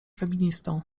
feministą